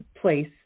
place